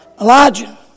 Elijah